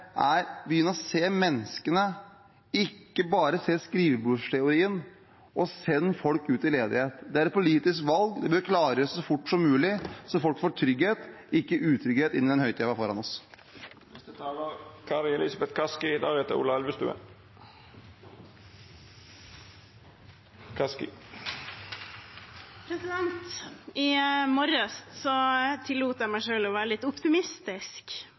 er: Begynn å se menneskene, ikke bare skrivebordsteorien, og send ikke folk ut i ledighet. Det er et politisk valg. Det bør klargjøres så fort som mulig, slik at folk får trygghet – ikke utrygghet – inn i den høytiden vi har foran oss. I morges tillot jeg meg selv å være litt optimistisk. Nå er det senere på kvelden, og jeg skal være litt